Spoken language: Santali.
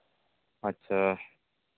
ᱟᱪᱪᱷᱟ